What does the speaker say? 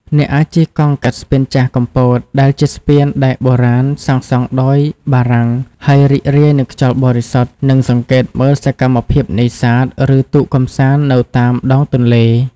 អ្នកអាចជិះកង់កាត់ស្ពានចាស់កំពត ដែលជាស្ពានដែកបុរាណសាងសង់ដោយបារាំង ហើយរីករាយនឹងខ្យល់បរិសុទ្ធ និងសង្កេតមើលសកម្មភាពនេសាទ ឬទូកកម្សាន្តនៅតាមដងទន្លេ។